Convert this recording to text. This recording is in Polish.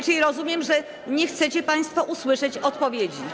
Czyli rozumiem, że nie chcecie państwo usłyszeć odpowiedzi.